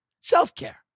Self-care